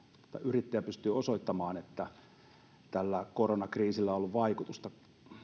yrittäjä pystyy osoittamaan että tällä koronakriisillä on ollut vaikutusta